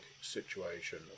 situation